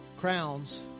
crowns